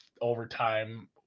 overtime